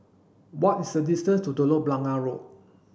what is the distance to Telok Blangah Road